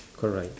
correct